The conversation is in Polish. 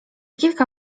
kilka